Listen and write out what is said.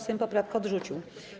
Sejm poprawkę odrzucił.